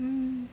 mm